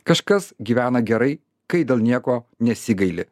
kažkas gyvena gerai kai dėl nieko nesigaili